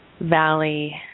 Valley